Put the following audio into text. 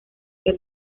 que